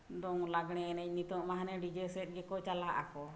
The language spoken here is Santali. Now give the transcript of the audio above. ᱫᱚᱝ ᱞᱟᱜᱽᱬᱮ ᱮᱱᱮᱡ ᱱᱤᱛᱳᱜ ᱢᱟ ᱦᱟᱱᱮ ᱰᱤᱡᱮ ᱥᱮᱫ ᱜᱮᱠᱚ ᱪᱟᱞᱟᱜ ᱟᱠᱚ